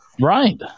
Right